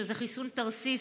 שזה חיסון תרסיס,